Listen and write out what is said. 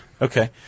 Okay